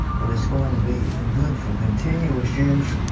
but it's going to be ah good for continuous use,